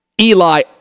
Eli